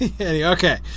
Okay